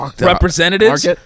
Representatives